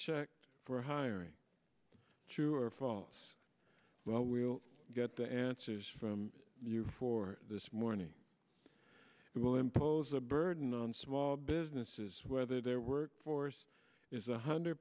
checked for hiring true or false well we'll get the answers from you for this morning who will impose a burden on small businesses whether their workforce is a hundred